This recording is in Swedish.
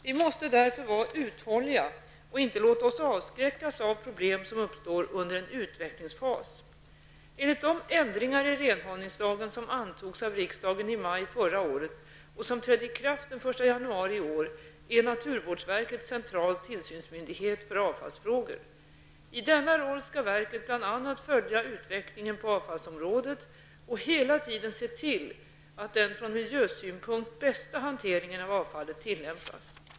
Vi måste därför vara uthålliga och inte låta oss avskräckas av problem som uppstår under en utvecklingsfas. Enligt de ändringar i renhållningslagen som antogs av riksdagen i maj förra året och som trädde i kraft den 1 januari i år är naturvårdsverket central tillsynsmyndighet för avfallsfrågor. I denna roll skall verket bl.a. följa utvecklingen på avfallsområdet och hela tiden se till att den från miljösynpunkt bästa hanteringen av avfallet tillämpas.